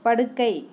படுக்கை